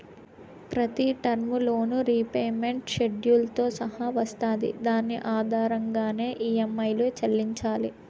ప్రతి term loan repayment షెడ్యూల్తో సహా వస్తాది దాని ఆధారంగానే ఈ.యం.ఐలు చెల్లించాలి